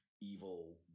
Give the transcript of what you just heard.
evil